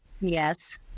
Yes